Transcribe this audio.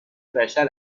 بشر